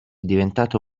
diventato